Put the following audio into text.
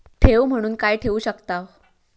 ठेव म्हणून काय ठेवू शकताव?